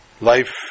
life